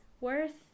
worth